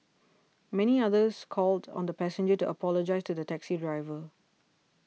many others called on the passenger to apologise to the taxi driver